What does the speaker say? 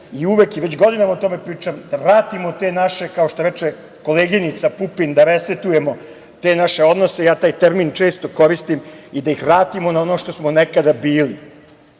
i, godinama o tome pričam, da vratimo te naše, kao što reče koleginica Pupin, da resetujemo te naše odnose, taj termin često koristim, i da ih vratimo na ono što smo nekada bili.